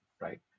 Right